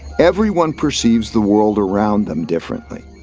everyone perceives the world around them differently.